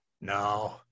no